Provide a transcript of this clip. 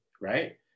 right